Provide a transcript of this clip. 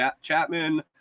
Chapman